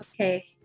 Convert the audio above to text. Okay